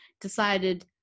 decided